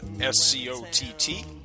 S-C-O-T-T